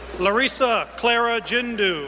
larissa clara djindot,